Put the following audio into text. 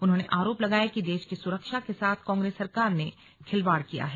उन्होंने आरोप लगाया कि देश की सुरक्षा के साथ कांग्रेस सरकार ने खिलवाड़ किया है